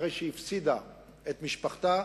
אחרי שאיבדה את משפחתה,